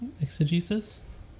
exegesis